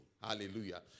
Hallelujah